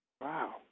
Wow